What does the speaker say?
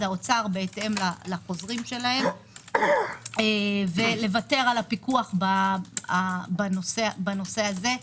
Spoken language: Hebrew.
האוצר בהתאם לחוזרים שלהם ולוותר על הפיקוח בנושא הזה,